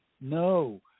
No